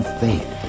faith